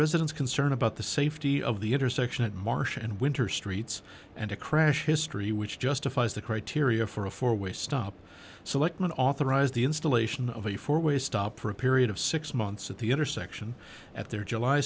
residents concern about the safety of the intersection at marsh and winter streets and a crash history which justifies the criteria for a four way stop selectman authorized the installation of a four way stop for a period of six months at the intersection at their july